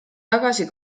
tagasi